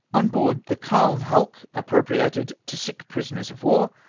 on board the calne hulk, appropriated to sick pri soners of war,